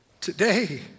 today